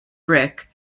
brick